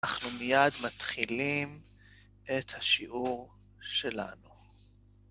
אנחנו מיד מתחילים את השיעור שלנו.